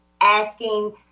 asking